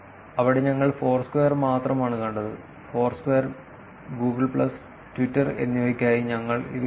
അവിടെ ഞങ്ങൾ ഫോർസ്ക്വയർ മാത്രമാണ് കണ്ടത് ഫോർസ്ക്വയർ ഗൂഗിൾ പ്ലസ് ട്വിറ്റർ എന്നിവയ്ക്കായി ഞങ്ങൾ ഇത് കാണുന്നു